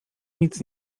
nic